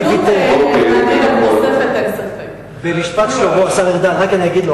מי שרצה את הכול למעשה צריך לוותר,